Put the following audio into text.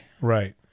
Right